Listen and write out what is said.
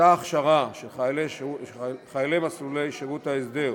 אותה הכשרה שחיילי מסלולי שירות ההסדר,